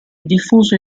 diffuso